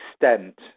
extent